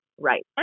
right